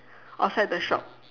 outside the shop